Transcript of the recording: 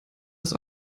ist